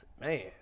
Man